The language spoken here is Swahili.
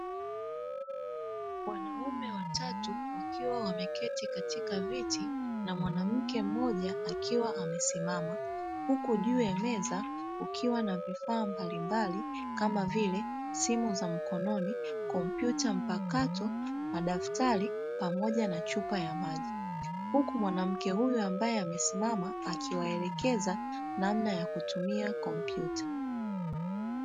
Wanaume watatu wakiwa wameketi katika viti na mwanamke mmoja akiwa amesimama, huku juu ya meza ikiwa na vifaa mbalimbali kama vile simu za mkononi, kompyuta mpakato, madaftari pamoja na chupa ya maji; mwanamke huyo amesimama akiwaelekeza namna ya kutumia kompyuta.